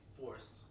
force